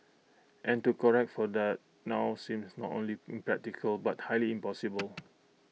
and to correct for that now seems not only impractical but highly impossible